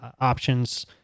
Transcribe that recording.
options